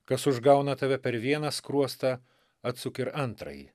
kas užgauna tave per vieną skruostą atsuk ir antrąjį